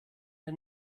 der